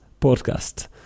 Podcast